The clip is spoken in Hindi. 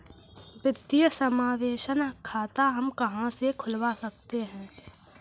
वित्तीय समावेशन खाता हम कहां से खुलवा सकते हैं?